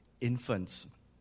infants